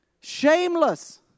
Shameless